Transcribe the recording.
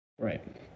Right